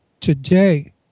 today